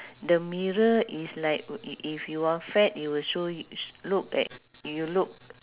the mirror is like if if you are fat it will show y~ look at you'll look